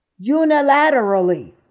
unilaterally